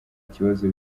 kibazo